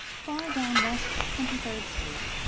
far down west twenty-third street,